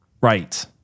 right